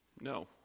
No